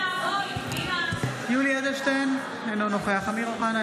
(קוראת בשמות חברי הכנסת) יולי יואל אדלשטיין - אינו נוכח אמיר אוחנה,